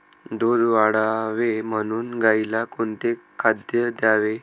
दूध वाढावे म्हणून गाईला कोणते खाद्य द्यावे?